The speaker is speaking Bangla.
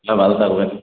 হ্যাঁ ভালো থাকবেন